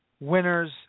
Winners